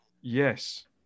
yes